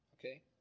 okay